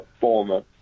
former